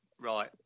right